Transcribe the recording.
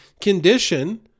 condition